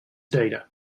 data